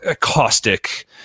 caustic